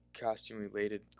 costume-related